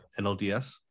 NLDS